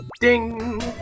Ding